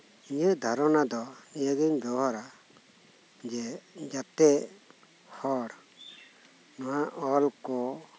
ᱤᱧᱟᱹᱜ ᱫᱷᱟᱨᱚᱱᱟ ᱫᱚ ᱱᱤᱭᱟᱹᱜᱤᱧ ᱵᱮᱵᱚᱦᱟᱨᱟ ᱡᱮ ᱡᱟᱛᱮ ᱦᱚᱲ ᱱᱚᱶᱟ ᱚᱞᱠᱚ